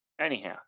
Anyhow